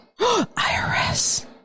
IRS